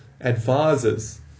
advisors